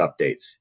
updates